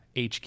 HQ